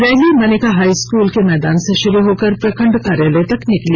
rally Manika high school के मैदान से शुरू होकर प्रखंड कार्यालय तक निकली